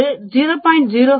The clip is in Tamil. ஒரு 0